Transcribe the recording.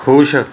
ਖੁਸ਼